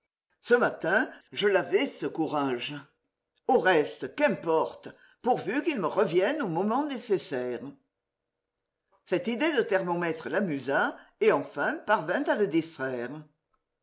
ce matin je l'avais ce courage au reste qu'importe pourvu qu'il me revienne au moment nécessaire cette idée de thermomètre l'amusa et enfin parvint à le distraire